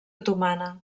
otomana